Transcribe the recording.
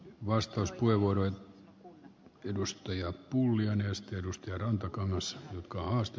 vastauspuheenvuorojen edustajia pulliainen este edustaja joka myös vilkkaasti